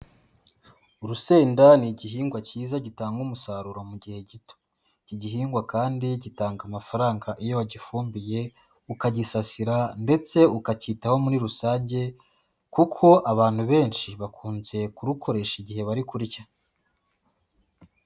Urusenda ni igihingwa cyiza gitanga umusaruro mu gihe gito. Iki gihingwa kandi gitanga amafaranga iyo wagifumbiye, ukagisasira ndetse ukacyitaho muri rusange, kuko abantu benshi bakunze kurukoresha igihe bari kurya.